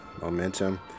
momentum